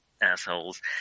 assholes